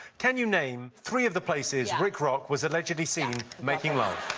can you name three of the places rick rock was allegedly seen making love?